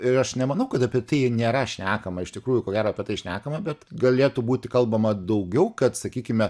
ir aš nemanau kad apie tai nėra šnekama iš tikrųjų ko gero apie tai šnekama bet galėtų būti kalbama daugiau kad sakykime